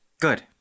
Good